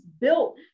built